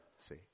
see